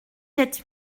sept